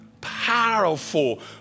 Powerful